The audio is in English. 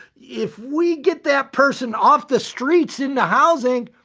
if we get that person off the streets into housing,